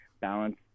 balance